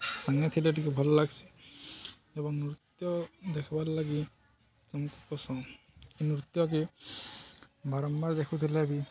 ସାଙ୍ଗେ ଥିଲେ ଟିକେ ଭଲ ଲାଗ୍ସି ଏବଂ ନୃତ୍ୟ ଦେଖ୍ବାର୍ ଲାଗି ସମସ୍ତଙ୍କୁ ପସନ୍ଦ ନୃତ୍ୟକେ ବାରମ୍ବାର ଦେଖୁଥିଲେ ବି